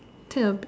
tube